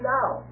now